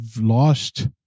lost